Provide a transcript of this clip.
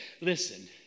Listen